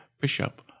bishop